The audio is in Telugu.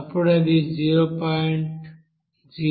అప్పుడు అది 0